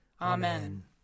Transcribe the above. Amen